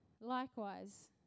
likewise